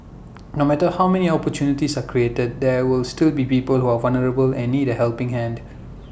no matter how many opportunities are created there will still be people who are vulnerable and need A helping hand